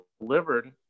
delivered